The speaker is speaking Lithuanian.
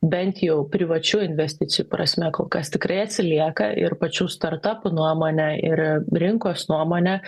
bent jau privačių investicijų prasme kol kas tikrai atsilieka ir pačių startapų nuomone ir rinkos nuomone